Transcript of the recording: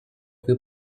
wir